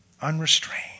unrestrained